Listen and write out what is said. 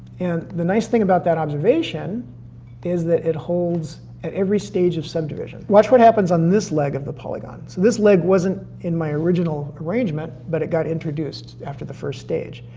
and the nice thing about that observation is that it holds at every stage of subdivision. watch what happens on this leg of the polygon. so this leg wasn't in my original arrangement, but it got introduced after the first stage.